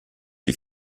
die